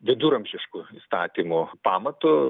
viduramžišku įstatymo pamatu